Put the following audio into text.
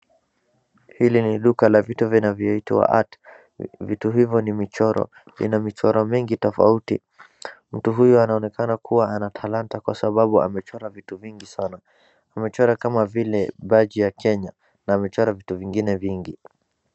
Hili ni duka la vitu vinavyoitwa art ,vitu hivo ni michoro, lina michoro mengi tofauti, mtu huyu anaonekana kuwa ana talanta kwa sababu amechora vitu vingi sana. Amechora kama vile baji ya kenya na amechora vitu vingine vingi.